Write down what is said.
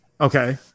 Okay